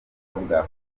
afurika